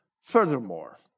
Furthermore